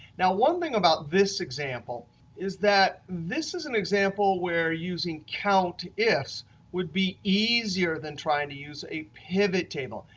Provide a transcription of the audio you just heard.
now, one thing about this example is that this is an example where using countifs would be easier than trying to use a pivot table.